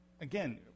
again